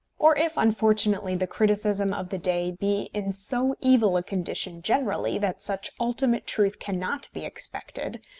or if, unfortunately, the criticism of the day be in so evil a condition generally that such ultimate truth cannot be expected,